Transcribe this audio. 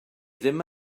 ddim